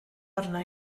arna